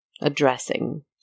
addressing